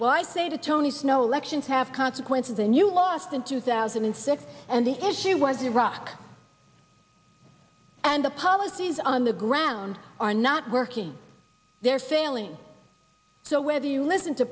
but i say to tony snow lections have consequences when you lost in two thousand and six and the issue was iraq and the policies on the ground are not working they're failing so whether you listen to